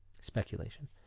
Speculation